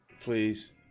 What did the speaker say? Please